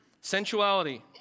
Sensuality